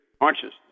consciousness